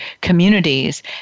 communities